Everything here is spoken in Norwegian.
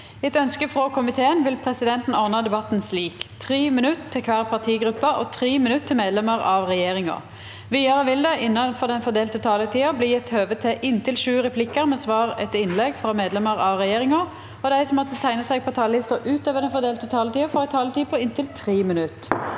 miljøkomiteen vil presidenten ordne debatten slik: 3 minutter til hver partigruppe og 3 minutter til medlemmer av regjeringen. Videre vil det – innenfor den fordelte taletid – bli gitt anledning til replikker med svar etter innlegg fra medlemmer av regjeringen, og de som måtte tegne seg på talerlisten utover den fordelte taletid, får også en taletid på inntil 3 minutter.